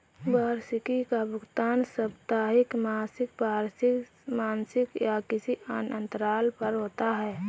वार्षिकी का भुगतान साप्ताहिक, मासिक, वार्षिक, त्रिमासिक या किसी अन्य अंतराल पर होता है